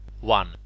one